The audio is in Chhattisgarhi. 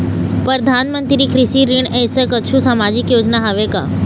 परधानमंतरी कृषि ऋण ऐसे कुछू सामाजिक योजना हावे का?